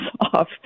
off